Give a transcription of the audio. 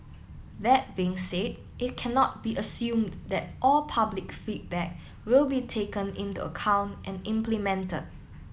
that being said it cannot be assumed that all public feedback will be taken into account and implemented